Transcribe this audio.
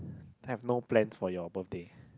have no plans for your birthday